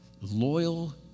loyal